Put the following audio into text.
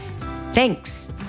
Thanks